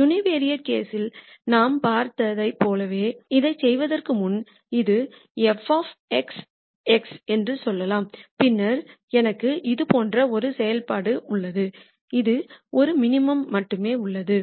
univariate கேஸ்யில் நாம் பார்த்ததைப் போலவே இதைச் செய்வதற்கு முன் இது f x என்று சொல்லலாம் பின்னர் எனக்கு இது போன்ற ஒரு செயல்பாடு உள்ளது இது ஒரு மினிமம் மட்டுமே உள்ளது